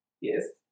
yes